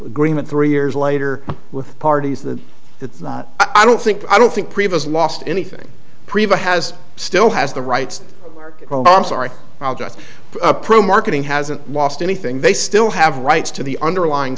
agreement three years later with parties that it's not i don't think i don't think priebus lost anything pre buy has still has the rights i'm sorry i'll just a pro marketing hasn't lost anything they still have rights to the underlying